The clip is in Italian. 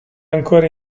ancora